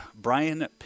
Brian